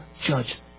judge